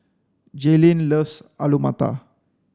Jaelynn loves Alu Matar